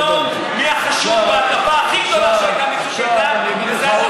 ואתה יודע טוב מי החשוד בהדלפה הכי גדולה שהייתה ב"צוק איתן",